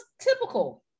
typical